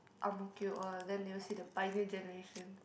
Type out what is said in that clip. Ang-Mo-Kio all then they will say the pioneer generation